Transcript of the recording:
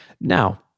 now